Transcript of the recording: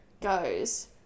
goes